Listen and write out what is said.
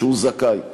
שהוא זכאי,